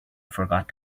forgot